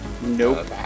Nope